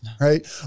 right